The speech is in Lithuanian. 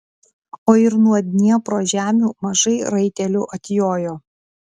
o ir nuo dniepro žemių mažai raitelių atjojo